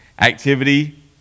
activity